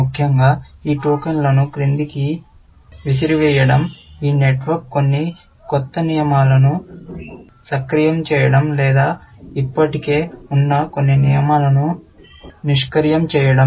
ముఖ్యంగా ఈ టోకెన్లను క్రిందికి విసిరేయడం ఈ నెట్వర్క్ కొన్ని కొత్త నియమాలను సక్రియం చేయడం లేదా ఇప్పటికే ఉన్న కొన్ని నియమాలను నిష్క్రియం చేయడం